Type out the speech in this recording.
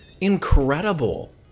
Incredible